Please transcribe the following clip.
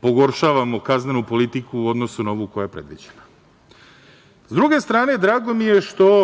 pogoršavamo kaznenu politiku u odnosu na ovu koja je predviđena. Sa druge strane drago mi je što